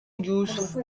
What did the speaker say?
use